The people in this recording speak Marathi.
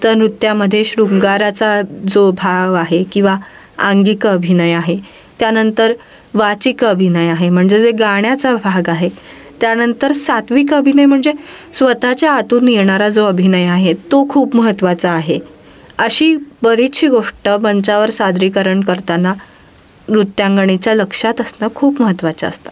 तर नृत्यामध्ये शृंगाराचा जो भाव आहे किंवा आंगीक अभिनय आहे त्यानंतर वाचिक अभिनय आहे म्हणजे जे गाण्याचा भाग आहे त्यानंतर सात्विक अभिनय म्हणजे स्वतःच्या आतून येणारा जो अभिनय आहे तो खूप महत्त्वाचा आहे अशी बरीचशी गोष्ट मंचावर सादरीकरण करताना नृत्यांगणीच्या लक्षात असणं खूप महत्त्वाच्या असतात